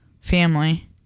family